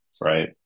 right